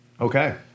Okay